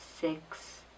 six